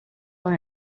con